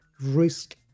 risk